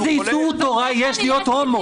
איזה איסור תורה יש להיות הומו?